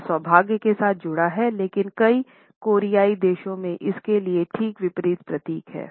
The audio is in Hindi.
यह सौभाग्य के साथ जुड़ा हुआ है लेकिन कई कोरियाई देशो में इसके लिए ठीक विपरीत प्रतीक है